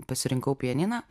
pasirinkau pianiną